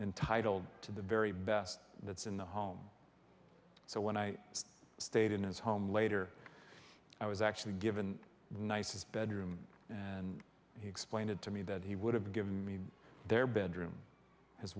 entitled to the very best that's in the home so when i stayed in his home later i was actually given nice his bedroom and he explained to me that he would have given me their bedroom his